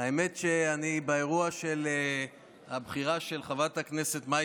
האמת היא שאני באירוע של הבחירה של חברת הכנסת מאי